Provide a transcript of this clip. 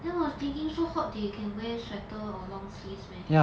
then I was thinking so hot they you can wear sweater or long sleeves meh